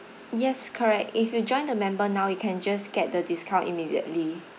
yes correct if you join the member now you can just get the discount immediately